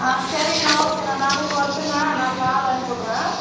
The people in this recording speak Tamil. ஆ சரிங்கண்ணா ஓகேண்ணா நாளைக்கி வரட்டுங்க நாளைக்கி ஆள் அனுப்பிவிட்றேன்